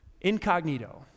incognito